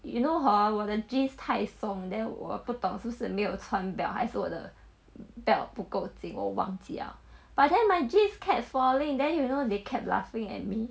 you know hor 我的 jeans 太松 then 我不懂是不是没有穿 belt 还是我的 belt 不够紧我忘记了 but then my jeans kept falling then you know they kept laughing at me